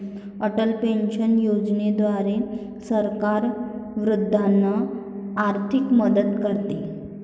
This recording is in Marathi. अटल पेन्शन योजनेद्वारे सरकार वृद्धांना आर्थिक मदत करते